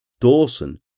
Dawson